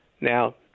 Now